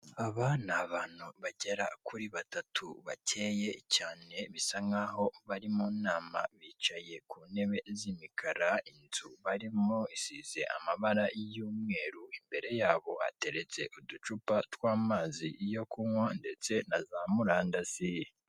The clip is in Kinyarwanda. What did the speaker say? Aba ni abantu bagera kuri batatu bakeye cyane, bisa nkaho bari mu nama, bicaye ku ntebe z'imikara, inzu barimo isize amabara y'umweru, imbere yabo hateretse uducupa tw'amazi yo kunywa ndetse na za murandasi.